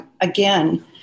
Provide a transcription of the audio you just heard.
again